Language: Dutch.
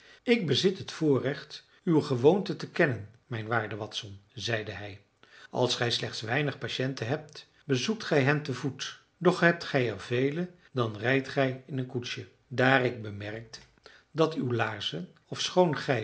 ik bezit het voorrecht uw gewoonten te kennen mijn waarde watson zeide hij als gij slechts weinig patiënten hebt bezoekt gij hen te voet doch hebt gij er vele dan rijdt gij in een koetsje daar ik bemerkte dat uw laarzen ofschoon gij